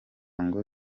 ngo